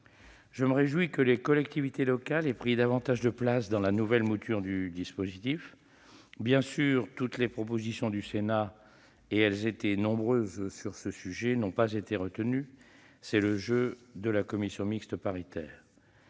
Je me réjouis que les collectivités locales aient pris davantage de place dans la nouvelle mouture du dispositif. Bien sûr, toutes les propositions du Sénat- elles étaient nombreuses sur ce sujet -n'ont pas été retenues ; c'est le jeu de la Commission mixte paritaire.